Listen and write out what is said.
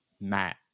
Matt